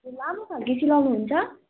हजुर लामो खालको सिलाउनुहुन्छ